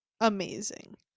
amazing